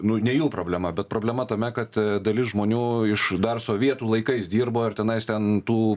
nu ne jų problema bet problema tame kad dalis žmonių iš dar sovietų laikais dirbo ir tenais ten tų